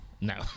No